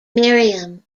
miriam